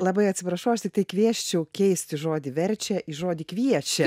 labai atsiprašau aš tiktai kviesčiau keisti žodį verčia į žodį kviečia